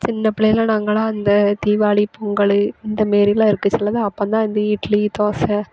சின்ன பிள்ளைகளா நாங்கல்லாம் அந்த தீபாளி பொங்கல் இந்த மாரிலாம் இருக்க சொல்ல தான் அப்போ தான் இந்த இட்லி தோசை